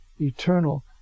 eternal